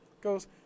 goes